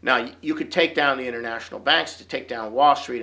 now you could take down the international banks to take down wall street